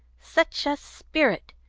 such a spirit!